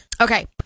Okay